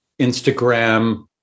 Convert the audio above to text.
Instagram